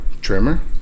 Trimmer